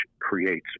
creates